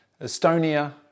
Estonia